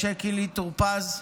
משה קינלי טור פז.